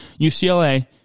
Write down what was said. UCLA